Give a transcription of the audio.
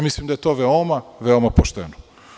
Mislim da je to veoma, veoma pošteno.